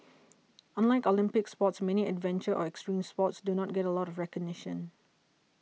unlike Olympic sports many adventure or extreme sports do not get a lot of recognition